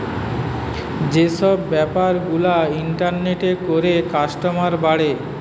যে সব বেপার গুলা ইন্টারনেটে করে কাস্টমার বাড়ে